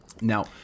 Now